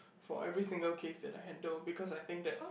for every single case that I handle because I think that's